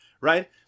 Right